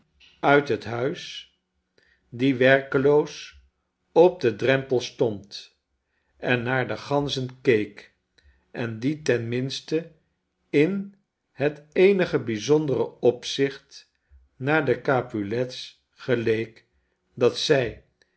uit het huis die werkeloos op den drempel stond en naar de ganzen keek en die ten minste in het eenige bijzondere opzicht naar de oapulets geleek dat zij